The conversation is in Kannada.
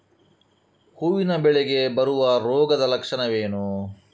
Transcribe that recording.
ಹೂವಿನ ಬೆಳೆಗೆ ಬರುವ ರೋಗದ ಲಕ್ಷಣಗಳೇನು?